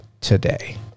today